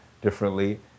differently